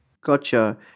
Gotcha